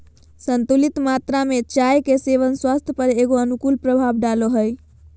संतुलित मात्रा में चाय के सेवन स्वास्थ्य पर एगो अनुकूल प्रभाव डालो हइ